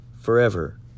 Forever